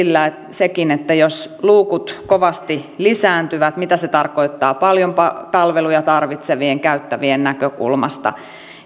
sekin jos luukut kovasti lisääntyvät mitä se tarkoittaa paljon palveluja tarvitsevien ja käyttävien näkökulmasta